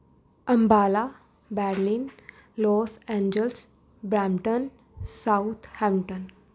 Ambala Berlin Los Angeles Brampton south Hampton